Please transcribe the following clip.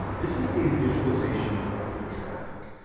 this is a visualization of your traffic.